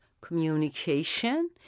communication